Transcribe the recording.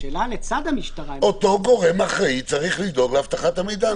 השאלה היא לצד המשטרה --- אותו גורם אחראי צריך לדאוג לאבטחת המידע,